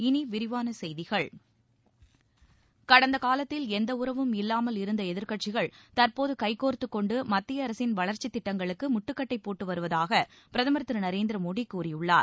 இனி விரிவான செய்திகள் கடந்த காலத்தில் எந்த உறவும் இல்லாமல் இருந்த எதிர்க்கட்சிகள் தற்போது கைகோர்த்துக் கொண்டு மத்திய அரசின் வளர்ச்சித் திட்டங்களுக்கு முட்டுக்கட்டை போட்டு வருவதாக பிரதமர் திரு நரேந்திர மோடி கூறியுள்ளார்